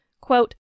Quote